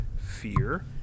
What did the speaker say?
Fear